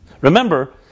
Remember